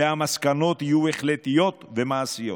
והמסקנות יהיו החלטיות ומעשיות.